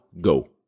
go